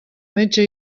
metge